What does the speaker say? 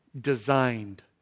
designed